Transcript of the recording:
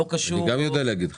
אני גם יודע להגיד.